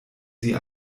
sie